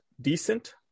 decent